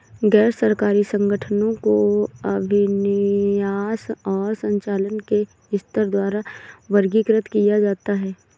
गैर सरकारी संगठनों को अभिविन्यास और संचालन के स्तर द्वारा वर्गीकृत किया जाता है